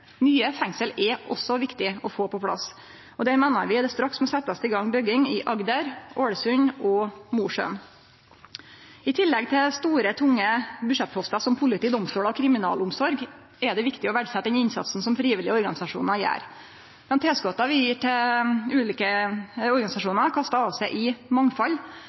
Nye fengsel er også viktig å få på plass, og vi meiner det straks må setjast i gang bygging i Agder, Ålesund og Mosjøen. I tillegg til store, tunge budsjettpostar som politi, domstolar og kriminalomsorg er det viktig å verdsetje den innsatsen som frivillige organisasjonar gjer. Dei tilskota vi gjev til ulike organisasjonar, kastar av seg i mangfald,